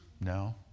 No